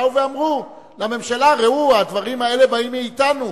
באו ואמרו לממשלה: ראו, הדברים האלה באים מאתנו.